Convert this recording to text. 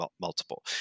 multiple